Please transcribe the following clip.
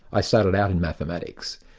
i started out in mathematics,